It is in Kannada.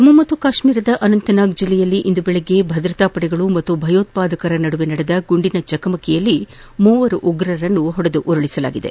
ಜಮ್ಮು ಕಾಶ್ಟೀರದ ಅನಂತ್ನಾಗ್ ಜಿಲ್ಲೆಯಲ್ಲಿ ಇಂದು ಬೆಳಗ್ಗೆ ಭದ್ರತಾ ಪಡೆಗಳು ಮತ್ತು ಭಯೋತ್ಪಾದಕರ ನಡುವೆ ನಡೆದ ಗುಂಡಿನ ಚಕಮಕಿಯಲ್ಲಿ ಮೂವರು ಉಗ್ರರು ಹತರಾಗಿದ್ದಾರೆ